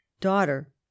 daughter